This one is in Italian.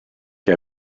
che